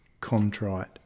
contrite